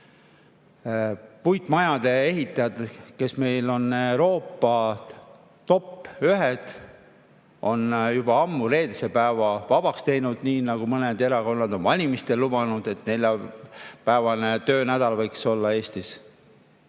Puitmajade ehitajad, kes meil on Euroopatop1, on juba ammu reedese päeva vabaks teinud, nii nagu mõned erakonnad on valimistel lubanud, et Eestis võiks olla